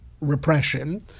repression